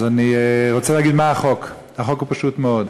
אני רוצה להגיד מה החוק, החוק הוא פשוט מאוד: